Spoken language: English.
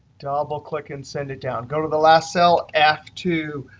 double click, and send it down. go to the last cell, f two.